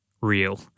real